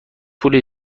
پولی